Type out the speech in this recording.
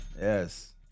yes